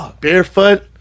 barefoot